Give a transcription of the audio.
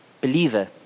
Believer